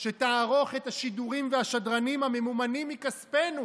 שתערוך את השידורים והשדרנים הממומנים מכספנו,